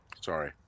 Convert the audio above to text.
Sorry